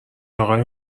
اقای